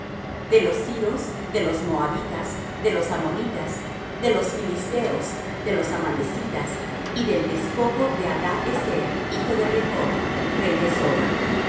de los siros de los moabitas de los ammonitas de los filisteos de los amalecitas y del despojo de hadad ezer hijo de rehob rey de soba